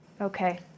okay